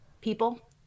people